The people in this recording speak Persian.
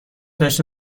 داشته